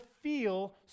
feel